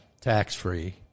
tax-free